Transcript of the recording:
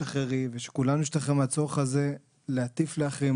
תשתחררי ושכולנו נשתחרר מהצורך הזה להטיף לאחרים,